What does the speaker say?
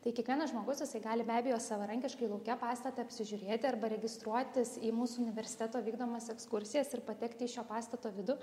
tai kiekvienas žmogus jisai gali be abejo savarankiškai lauke pastatą apsižiūrėti arba registruotis į mūsų universiteto vykdomas ekskursijas ir patekti į šio pastato vidų